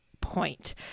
point